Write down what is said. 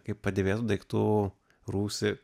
kaip padėvėtų daiktų rūsį